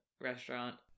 restaurant